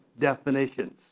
definitions